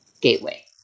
gateway